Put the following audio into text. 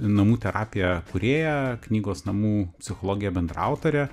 namų terapija kūrėja knygos namų psichologija bendraautorė